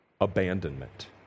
abandonment